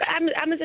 Amazon